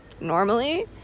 normally